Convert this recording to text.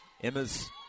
Emma's